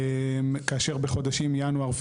כאשר בחודשים ינואר,